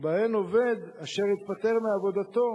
שבהן עובד אשר התפטר מעבודתו